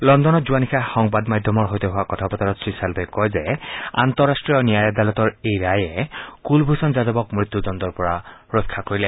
লণ্ডনত যোৱা নিশা সংবাদ মাধ্যমৰ সৈতে হোৱা কথা বতৰাত শ্ৰীচালভে কয় যে আন্তঃৰাষ্ট্ৰীয় ন্যায় আদালতৰ এই ৰায়ে কুলভূষণ যাদৱক মৃত্যুদণ্ডৰ পৰা ৰক্ষা কৰিলে